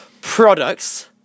products